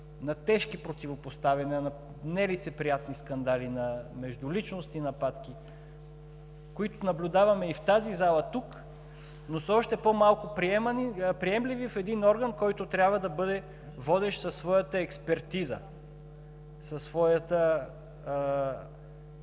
на тежки противопоставяния, на нелицеприятни скандали, на междуличностни нападки, които наблюдаваме и в тази зала, тук, но са още по-малко приемливи в един орган, който трябва да бъде водещ със своята експертиза, със своята